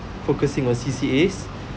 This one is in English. focusing on C_C_As